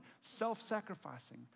self-sacrificing